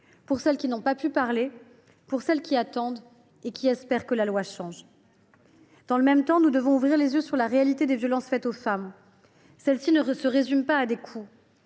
pour celles qui n’ont pas pu parler, pour celles qui attendent et espèrent que la loi change. Dans le même temps, nous devons ouvrir les yeux sur la réalité des violences faites aux femmes, qui ne se résument pas à des coups.